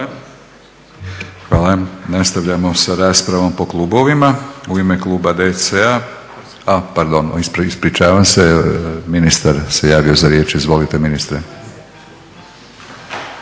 Hvala. Nastavljamo sa raspravom po klubovima. U ime kluba DC-a, a pardon, ispričavam se. Ministar se javio za riječ. Izvolite ministre.